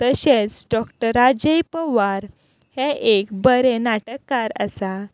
तशेंच डॉक्टर राजय पवार हे एक बरे नाटककार आसा